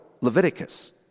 Leviticus